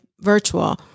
virtual